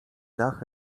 dach